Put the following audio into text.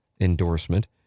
endorsement